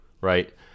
right